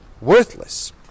worthless